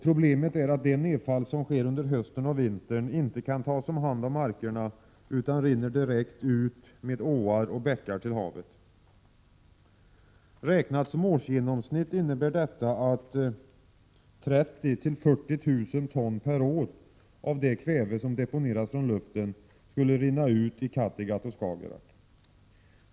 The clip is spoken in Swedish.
Problemet är att det nedfall som sker under hösten och vintern inte kan tas om hand av markerna utan rinner med åar och bäckar direkt ut till havet. I årsgenomsnitt innebär detta att 30 000-40 000 ton per år av det kväve som deponeras från luften rinner ut i Kattegatt och Skagerrak.